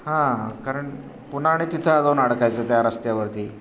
हां कारण पुन्हा आणि तिथं अजून अडकायचं त्या रस्त्यावरती